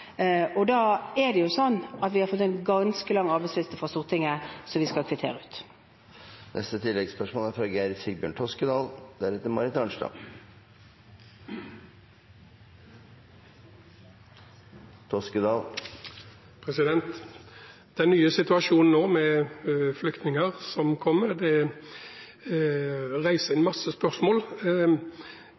vi har fått en ganske lang arbeidsliste fra Stortinget som vi skal kvittere ut. Geir Sigbjørn Toskedal – til oppfølgingsspørsmål. Den nye situasjonen nå med flyktninger som kommer, reiser en masse spørsmål.